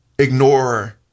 ignore